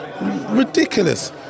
Ridiculous